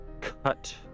Cut